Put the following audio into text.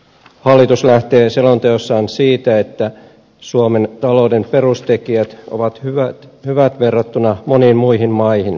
hallitus lähtee selonteossaan siitä että suomen talouden perustekijät ovat hyvät verrattuna moniin muihin maihin